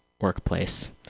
workplace